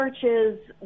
churches